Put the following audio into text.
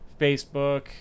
Facebook